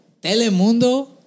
Telemundo